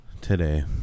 Today